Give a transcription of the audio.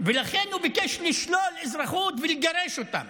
לכן הוא ביקש לשלול אזרחות ולגרש אותם.